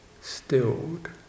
stilled